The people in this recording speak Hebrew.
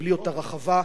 בלי אותה רחבה,